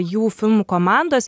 jų filmų komandos